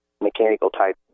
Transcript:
mechanical-type